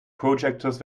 projectors